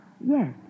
yes